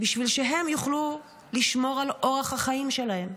בשביל שהם יוכלו לשמור על אורח החיים שלהם?